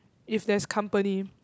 if there's company